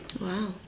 Wow